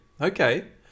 okay